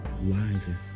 wiser